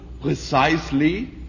precisely